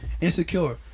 insecure